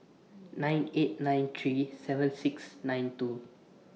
nine eight nine three seven six nine two